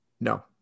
No